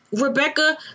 Rebecca